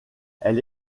elle